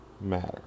matter